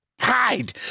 Hide